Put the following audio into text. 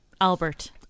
Albert